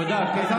תודה, קטי.